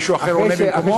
מישהו אחר עונה במקומו?